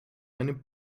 einem